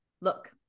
Look